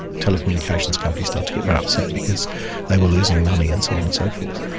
telecommunications companies started to get very upset because they were losing money and so on and so forth.